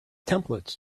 templates